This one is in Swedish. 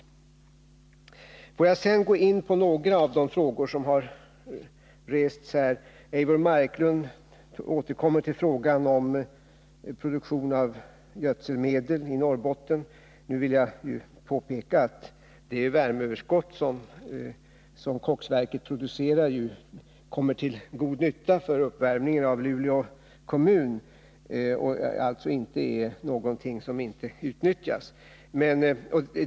Jag vill sedan gå in på några av de frågor som har rests här. Eivor Marklund återkom till frågan om produktion av gödselmedel i Norrbotten. Jag vill påpeka att det värmeöverskott som koksverket Nr 38 producerar kommer till god nytta för uppvärmning av Luleå kommun och Fredagen den alltså inte är något som inte utnyttjas.